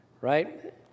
right